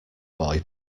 boy